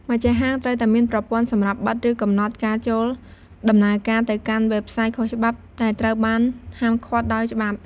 ម្ចាស់ហាង ត្រូវតែមាន ប្រព័ន្ធ សម្រាប់ បិទ ឬ កំណត់ការចូលដំណើរការ ទៅកាន់ វេបសាយខុសច្បាប់ ដែលត្រូវបាន ហាមឃាត់ដោយច្បាប់។